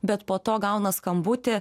bet po to gauna skambutį